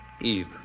Eve